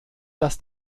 dass